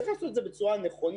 צריך לעשות את זה בצורה נכונה,